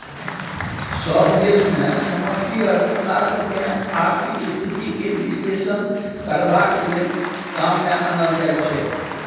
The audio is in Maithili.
सभ देश मे समष्टि अर्थशास्त्र केँ आर्थिक स्थिति केर बिश्लेषण करबाक लेल काम मे आनल जाइ छै